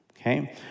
Okay